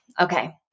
Okay